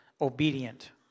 obedient